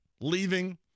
leaving